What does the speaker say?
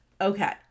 Okay